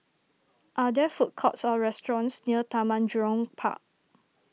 are there food courts or restaurants near Taman Jurong Park